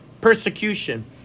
persecution